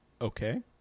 Okay